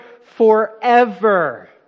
forever